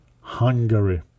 Hungary